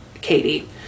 Katie